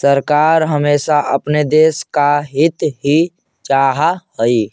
सरकार हमेशा अपने देश का हित ही चाहा हई